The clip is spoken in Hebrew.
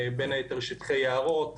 בין היתר שטחי יערות.